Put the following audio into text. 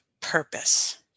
purpose